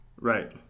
Right